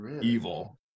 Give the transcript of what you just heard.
evil